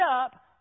up